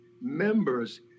members